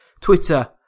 Twitter